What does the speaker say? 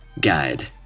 guide